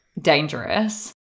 dangerous